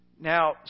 Now